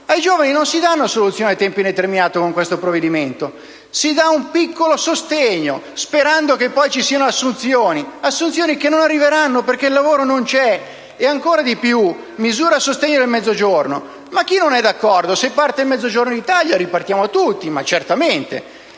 ai giovani non si danno soluzioni a tempo indeterminato con questo provvedimento, si dà un piccolo sostegno, sperando che vi siano assunzioni, assunzione che non arriveranno, perché il lavoro non c'è. Inoltre, si parla di misure a sostegno del Mezzogiorno: chi non è d'accordo? Se parte il Mezzogiorno d'Italia, certamente